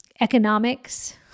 Economics